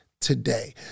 today